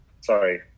sorry